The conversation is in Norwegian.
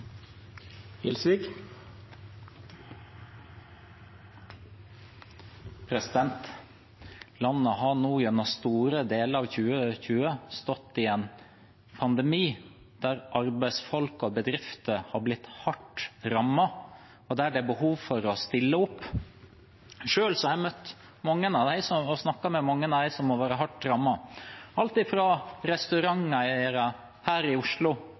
Landet har nå gjennom store deler av 2020 stått i en pandemi der arbeidsfolk og bedrifter er blitt hardt rammet, og der det er behov for å stille opp. Selv har jeg møtt og snakket med mange av dem som er blitt hardt rammet, som restauranteiere her i Oslo,